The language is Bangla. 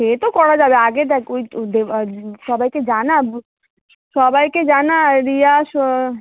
সে তো করা যাবে আগে দেখ ওই তো দো সবাইকে জানা সবাইকে জানা রিয়া সো